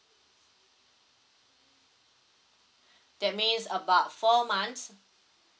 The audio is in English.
that means about four months